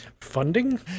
funding